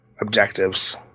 objectives